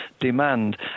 Demand